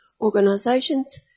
organisations